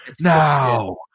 now